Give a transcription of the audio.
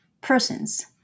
persons